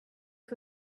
who